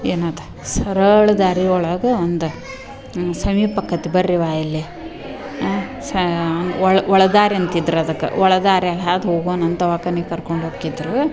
ಏನದು ಸರಳ ದಾರಿ ಒಳಗೆ ಒಂದು ಸಮೀಪಕಾತ್ತೆ ಬರ್ರಿಯವ್ವ ಇಲ್ಲಿ ಸ ಒಳ ಒಳದಾರಿ ಅಂತಿದ್ರು ಅದಕ್ಕೆ ಒಳದಾರಿಯಾಗೆ ಹಾದು ಹೋಗೋನಂತ ದವಾಖಾನಿಗ್ ಕರ್ಕೊಂಡು ಹೋಕ್ಕಿದ್ರು